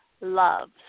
loves